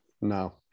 No